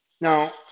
Now